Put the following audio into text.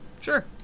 Sure